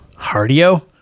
Hardio